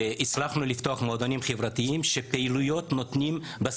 הצלחנו לפתוח מועדונים חברתיים שפסיכולוגים ועובדים